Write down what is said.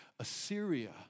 Assyria